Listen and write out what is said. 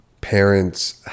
parents